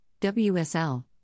WSL